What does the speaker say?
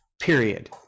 Period